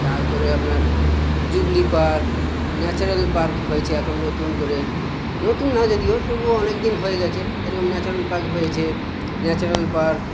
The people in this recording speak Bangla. তারপরে আপনার জুবলী পার্ক ন্যাচেরাল পার্ক হয়েছে এখন নতুন করে নতুন না যদিও তবুও অনেক দিন হয়ে গেছে যেরকম ন্যাচারাল পার্ক হয়েছে ন্যাচারাল পার্ক